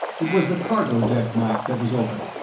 it was the cargo deck mike that was open.